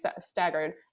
staggered